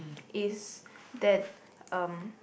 is that um